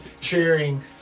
cheering